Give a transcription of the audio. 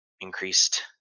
increased